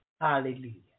Hallelujah